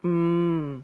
mm